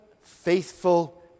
faithful